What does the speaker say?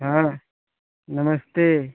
हाँ नमस्ते